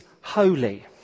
holy